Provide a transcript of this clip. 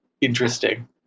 interesting